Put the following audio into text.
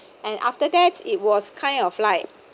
and after that it was kind of like